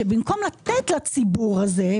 שבמקום לתת לציבור הזה,